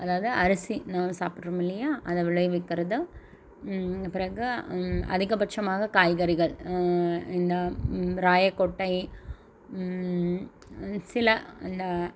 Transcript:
அதாவது அரிசி நாம சாப்பிடுறோம் இல்லையா அதை விளைவிக்கிறது பிறகு அதிகபட்சமாக காய்கறிகள் இந்த ராயக்கோட்டை சில அந்த